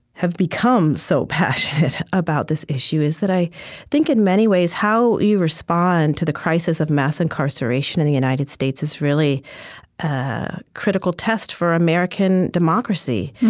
have become so passionate about this issue is that i think, in many ways, how you respond to the crisis of mass incarceration in the united states is really a critical test for american democracy.